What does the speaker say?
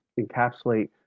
encapsulate